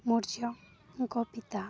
ମୌର୍ଯ୍ୟଙ୍କ ପିତା